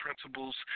principles